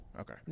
Okay